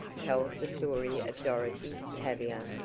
tells the story of dorothy, tavia,